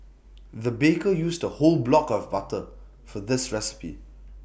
the baker used A whole block of butter for this recipe